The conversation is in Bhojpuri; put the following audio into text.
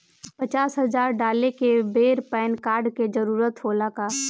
पचास हजार डाले के बेर पैन कार्ड के जरूरत होला का?